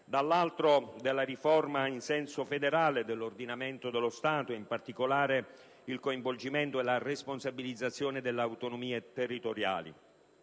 dall'altro, della riforma in senso federale dell'ordinamento dello Stato, in particolare con il coinvolgimento e la responsabilizzazione delle autonomie territoriali.